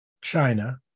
China